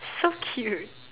so cute